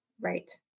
Right